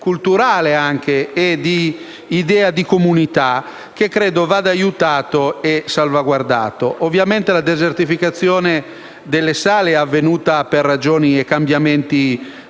culturale e di idea di comunità che credo vada aiutato e salvaguardato. Ovviamente, la desertificazione delle sale è avvenuta per cambiamenti